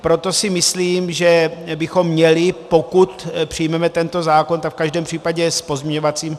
Proto si myslím, že bychom měli, pokud přijmeme tento zákon, v každém případě s pozměňovacím...